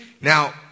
Now